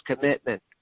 commitment